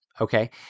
okay